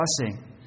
blessing